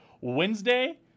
Wednesday